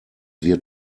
wird